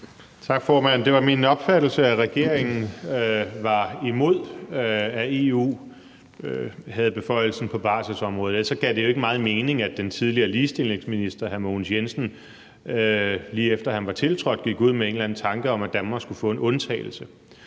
Tak, formand. Det var min opfattelse, at regeringen var imod, at EU havde beføjelse på barselsområdet, ellers gav det jo ikke megen mening, at den tidligere ligestillingsminister hr. Mogens Jensen, lige efter han var tiltrådt, gik ud med en eller anden tanke om, at Danmark skulle få en undtagelse.